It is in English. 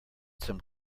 some